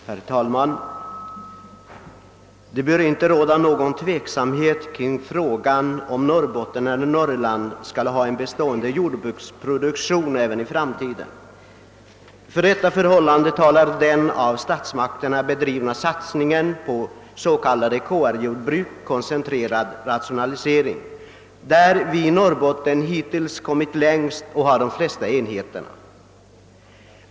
Herr talman! Det bör inte råda någon tveksamhet kring frågan om huruvida Norrbotten eller Norrland skall ha en bestående jordbruksproduktion även i framtiden. För detta förhållande talar den av statsmakterna bedrivna satsningen på s.k. KR-jordbruk, koncentrerad rationalisering. Därvidlag har Norrbotten hittills kommit längst och har de flesta enheterna.